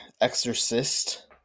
exorcist